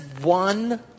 one